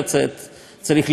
צריך להיקלט איפשהו,